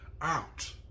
out